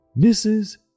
Mrs